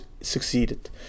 succeeded